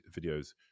videos